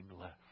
left